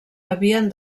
havien